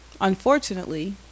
unfortunately